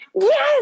Yes